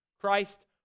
Christ